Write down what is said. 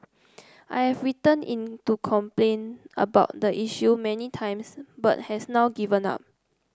I've written in to complain about the issue many times but has now given up